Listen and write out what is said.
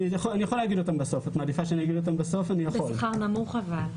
אבל בשכר נמוך.